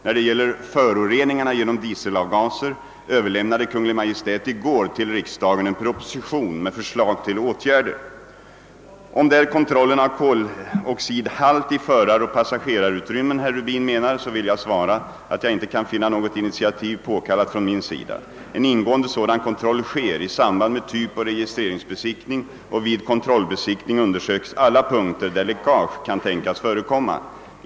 När det gäller föroreningarna genom dieselavgaser överlämnade Kungl. Maj:t i går till riksdagen en proposition med förslag till åtgärder. Om det är kontrollen av koloxidhalt i föraroch passagerarutrymmen herr Rubin menar, så vill jag svara att jag inte kan finna något initiativ påkallat från min sida. En ingående sådan kontroll sker i samband med typoch registreringsbesiktning, och vid kon trollbesiktning undersöks alla punkter där läckage kan tänkas förekomma.